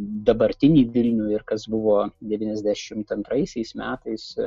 dabartinį vilnių ir kas buvo devyniasdešimt antraisiais metais